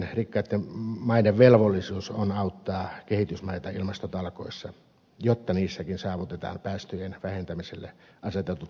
monien rikkaitten maiden velvollisuus on auttaa kehitysmaita ilmastotalkoissa jotta niissäkin saavutetaan päästöjen vähentämiselle asetetut tavoitteet